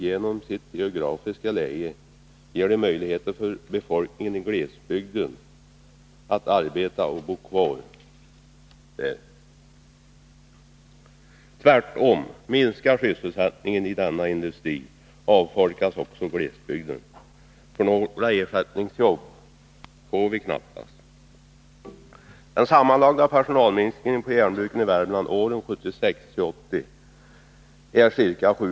Genom sitt geografiska läge ger bruken möjligheter för befolkningen i glesbygden att arbeta och bo kvar där. Och tvärtom — minskar sysselsättningen i denna industri, avfolkas också glesbygden. Några ersättningsjobb får vi ju knappast. Den totala personalminskningen vid järnbruken i Värmland för åren 1976-1980 omfattar ca 700 personer.